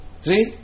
See